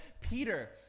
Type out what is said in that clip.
Peter